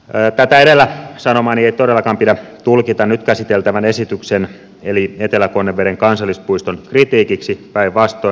tätä edellä sanomaani ei todellakaan pidä tulkita nyt käsiteltävän esityksen eli etelä konneveden kansallispuiston kritiikiksi päinvastoin